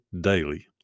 daily